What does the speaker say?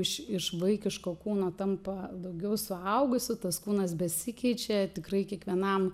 iš iš vaikiško kūno tampa daugiau suaugusiu tas kūnas besikeičia tikrai kiekvienam